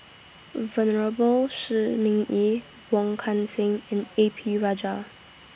Venerable Shi Ming Yi Wong Kan Seng and A P Rajah